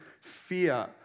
fear